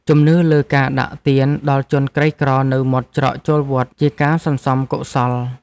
ជំនឿលើការដាក់ទានដល់ជនក្រីក្រនៅមាត់ច្រកចូលវត្ត ជាការសន្សំកុសល។